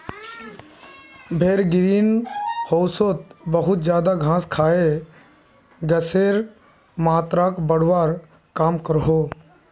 भेड़ ग्रीन होउसोत बहुत ज्यादा घास खाए गसेर मात्राक बढ़वार काम क्रोह